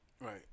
Right